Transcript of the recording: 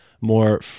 more